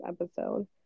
episode